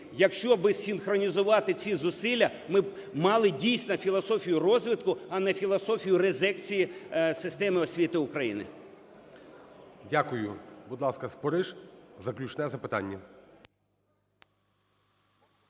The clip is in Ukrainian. Якщо би синхронізувати ці зусилля, ми б мали дійсно філософію розвитку, а не філософію резекції системи освіти України. ГОЛОВУЮЧИЙ. Дякую. Будь ласка, Спориш, заключне запитання.